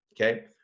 Okay